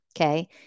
Okay